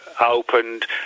opened